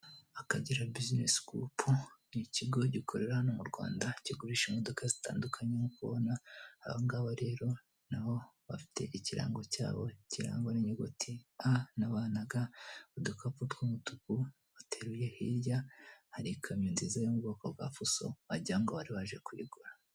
Akagera bisinesi gurupu ni ikigo gikorera hano mu Rwanda kigurisha imodoka zitandukanye nkuko ubona abangaba rero nabo bafite ikirango cyabo kirangwa n'inyuguti A na B na G udukapu tw'umutuku bateruye kirya hari ikamyo ya fuso wagira ngo bari baje kuyigura.